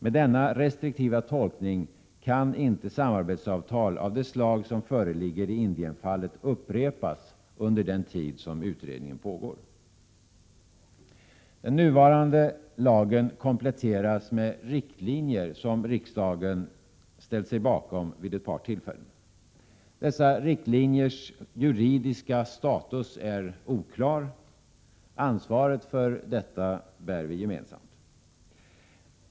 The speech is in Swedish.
Med denna restriktiva tolkning kan inte samarbetsavtal av det slag som föreligger i Indienfallet upprepas under den tid som utredningen pågår. Den nuvarande lagen kompletteras med riktlinjer som riksdagen ställt sig bakom vid ett par tillfällen. Dessa riktlinjers juridiska status är oklar. Ansvaret för detta bär vi gemensamt.